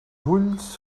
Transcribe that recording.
ulls